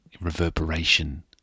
reverberation